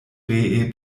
ree